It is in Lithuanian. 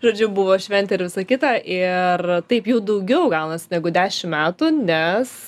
žodžiu buvo šventė ir visa kita ir taip jau daugiau gaunas negu dešim metų nes